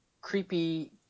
creepy